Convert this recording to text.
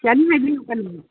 ꯌꯥꯅꯤ ꯍꯥꯏꯕꯤꯌꯨ ꯀꯔꯤꯅꯣ